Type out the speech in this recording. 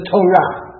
Torah